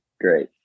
great